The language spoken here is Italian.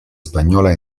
spagnola